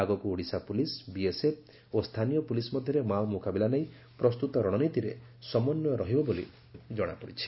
ଆଗକୁ Odisha police BSF ସ ସ୍ଚାନୀୟ ପୁଲିସ୍ ମଧ୍ଧରେ ମାଓ ମୁକାବିଲା ନେଇ ପ୍ରସ୍ତୁତ ରଣନୀତିରେ ସମନ୍ତୟ ରହିବ ବୋଲି ଜଣାପଡ଼ିଛି